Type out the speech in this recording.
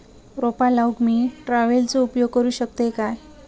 रोपा लाऊक मी ट्रावेलचो उपयोग करू शकतय काय?